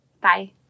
Bye